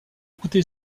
écouté